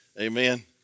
Amen